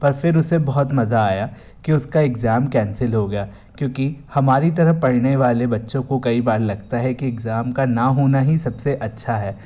पर फिर उसे बहुत मज़ा आया कि उसका इग्ज़ाम कैंसिल हो गया क्योंकि हमारी तरह पढ़ने वाले बच्चों को कई बार लगता है कि इग्ज़ाम का ना होना ही सबसे अच्छा है